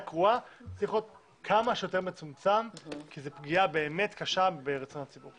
קרואה צריך להיות כמה שיותר מצומצם כי זו באמת פגיעה קשה ברצון הציבור.